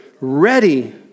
ready